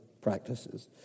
practices